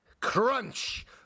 crunch